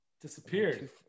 disappeared